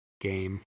game